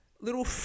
Little